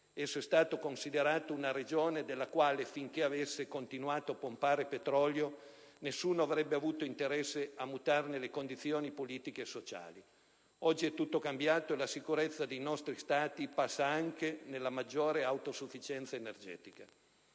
Esso è stato considerato una regione della quale, finché avesse continuato a pompare petrolio, nessuno avrebbe avuto interesse a mutarne le condizioni politiche e sociali. Oggi è tutto cambiato e la sicurezza dei nostri Stati passa anche nella maggiore autosufficienza energetica.